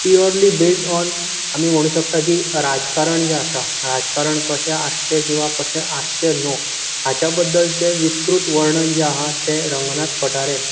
purely based on आमी म्हणूंक शकता की राजकारण जें आसा राजकारण कशें आसचें किंवां कशें आसचें न्हू हाच्या बद्दलचे विस्तृत वर्णन जें आहा तें रंगनाथ पठारेन